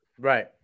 Right